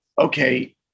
okay